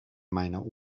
meiner